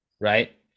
right